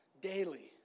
daily